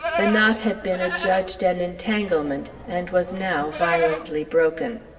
the knot had been adjudged an entanglement, and was now violently broken.